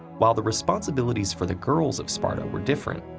while the responsibilities for the girls of sparta were different,